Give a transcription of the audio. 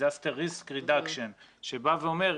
ה-disaster risk reduction שבא ואומר,